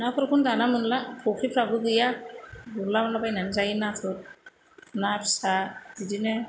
ना फोरखौनो दाना मोनला फख्रिफ्राबो गैया गुरलाला बायनानै जायो नाथुर ना फिसा बिदिनो